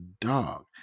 dog